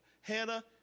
Hannah